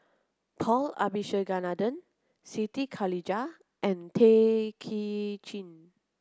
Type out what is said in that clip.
Paul Abisheganaden Siti Khalijah and Tay Kay Chin